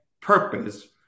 purpose